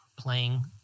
playing